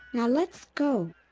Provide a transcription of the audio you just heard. now, let's go!